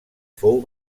fou